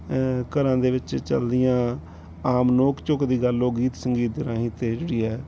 ਘਰਾਂ ਦੇ ਵਿੱਚ ਚੱਲਦੀਆਂ ਆਮ ਨੋਕ ਝੋਕ ਦੀ ਗੱਲ ਉਹ ਗੀਤ ਸੰਗੀਤ ਦੇ ਰਾਹੀਂ ਅਤੇ ਜਿਹੜੀ ਹੈ